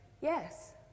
yes